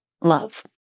love